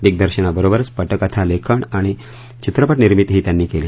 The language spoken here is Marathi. दिगदर्शनाबरोबरच पटकथा लेखन आणि चित्रपटनिर्मितीही त्यांनी केली